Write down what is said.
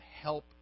help